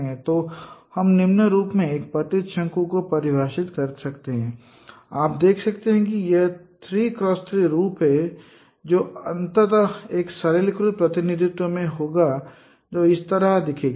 तो हम निम्न रूप में एक पतित शंकु को परिभाषित कर सकते हैं CαIJTJIT आप देख सकते हैं कि यह 3x3 रूप है और जो अंततः एक सरलीकृत प्रतिनिधित्व में होगा जो इस तरह दिखेगा